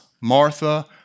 Martha